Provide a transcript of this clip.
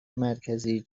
مرکزی